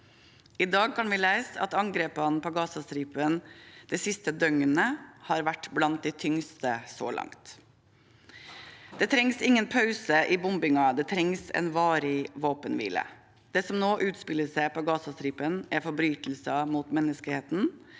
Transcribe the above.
I dag kan vi lese at angrepene på Gazastripen det siste døgnet har vært blant de tyngste så langt. Det trengs ingen pause i bombingen, det trengs en varig våpenhvile. Det som nå utspiller seg på Gazastripen, er forbrytelser mot menneskeheten.